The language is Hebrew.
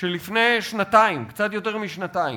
שלפני שנתיים, קצת יותר משנתיים,